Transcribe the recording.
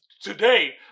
today